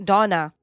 Donna